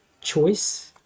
choice